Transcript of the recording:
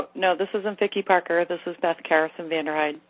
no. this isn't vicky parker. this is beth carasin-vanderhyde.